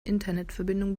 internetverbindung